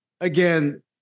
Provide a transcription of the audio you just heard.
again